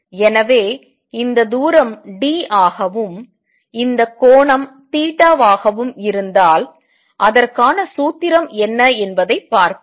எனவே இந்த தூரம் d ஆகவும் இந்த கோணம் ஆகவும் இருந்தால் அதற்கான சூத்திரம் என்ன என்பதைப் பார்ப்போம்